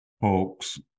folks